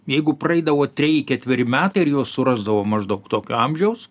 jeigu praeidavo treji ketveri metai ir juos surasdavo maždaug tokio amžiaus